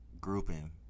grouping